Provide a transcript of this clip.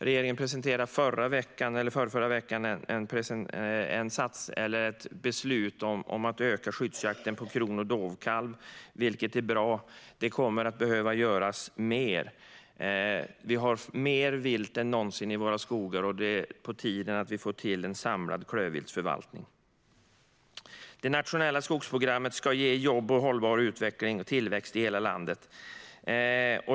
Regeringen presenterade i förrförra veckan ett beslut om att öka skyddsjakten på kronhjorts och dovhjortskalv, vilket är bra. Det kommer att behöva göras mer. Vi har mer vilt än någonsin i våra skogar, och det är på tiden att vi får till en samlad klövviltsförvaltning. Det nationella skogsprogrammet ska ge jobb och hållbar tillväxt i hela landet.